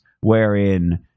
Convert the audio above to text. wherein